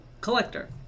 collector